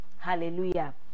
Hallelujah